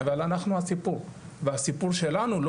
אבל אנחנו הסיפור והסיפור שלנו לא